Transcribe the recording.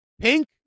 Pink